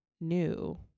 new